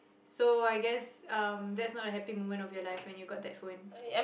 so I guess um that's not a happy moment of your life when you got that phone